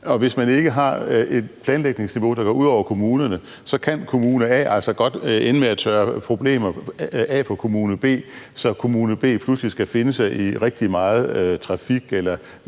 hvis man ikke har et planlægningsniveau, der går ud over kommunerne, så kan Kommune A altså godt ende med at tørre problemer af på Kommune B, så Kommune B pludselig skal finde sig i rigtig meget trafik eller